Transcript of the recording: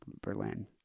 Berlin